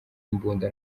imbunda